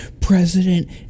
president